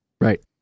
Right